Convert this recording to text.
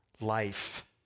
life